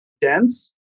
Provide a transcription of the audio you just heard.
dense